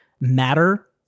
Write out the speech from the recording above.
matter